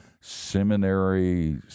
seminary